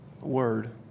Word